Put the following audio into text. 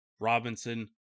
Robinson